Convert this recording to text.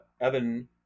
Evan